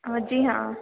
हाँ जी हाँ